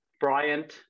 Bryant